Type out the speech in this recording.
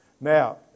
Now